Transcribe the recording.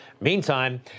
meantime